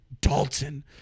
Dalton